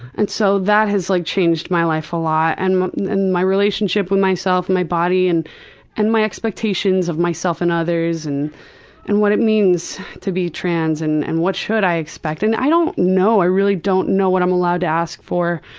and so that has like changed my life a lot and and my relationship with myself, my body and and my expectations of myself and others and and what it means to be trans and and what should i expect. and i don't know. i really don't know what i'm allowed to ask for.